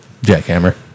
Jackhammer